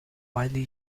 widely